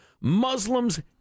Muslims